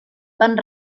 van